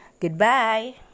Goodbye